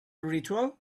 ritual